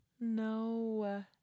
No